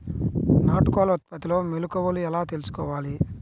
నాటుకోళ్ల ఉత్పత్తిలో మెలుకువలు ఎలా తెలుసుకోవాలి?